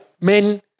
men